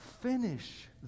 finish